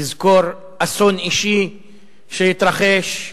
לזכור אסון אישי שהתרחש.